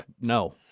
No